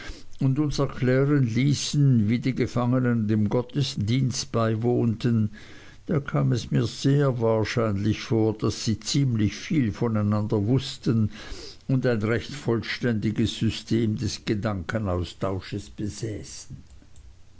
und uns erklären ließen wie die gefangenen dem gottesdienst beiwohnten da kam es mir sehr wahrscheinlich vor daß sie ziemlich viel voneinander wüßten und ein recht vollständiges system des gedankenaustausches besäßen